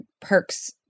perks